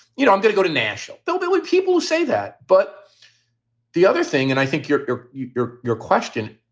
you know, i'm going to go to nashville. they'll be with people who say that. but the other thing and i think your your your your question.